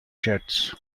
jets